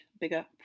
bigger